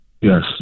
Yes